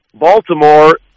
Baltimore